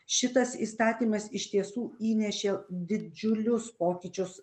šitas įstatymas iš tiesų įnešė didžiulius pokyčius